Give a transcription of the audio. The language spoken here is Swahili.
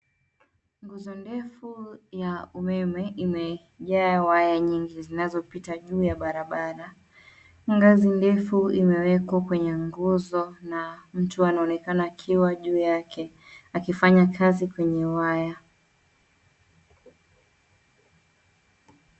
Nguzo ndefu ya umeme imejaa waya nyingi zinazopita juu ya barabara. Ngazi ndefu imewekwa kwenye nguzo na mtu anaonekana akiwa juu yake akifanya kazi kwenye waya.